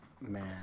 Man